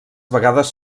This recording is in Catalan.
vegades